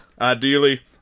Ideally